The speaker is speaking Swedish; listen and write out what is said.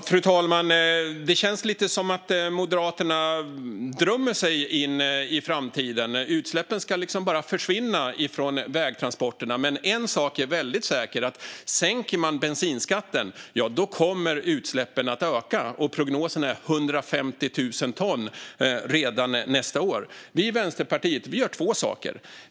Fru talman! Det känns som att Moderaterna drömmer sig in i framtiden. Utsläppen ska bara försvinna från vägtransporterna. Men en sak är säker, nämligen att om bensinskatten sänks kommer utsläppen att öka. Prognosen är 150 000 ton redan nästa år. Vi i Vänsterpartiet gör två saker.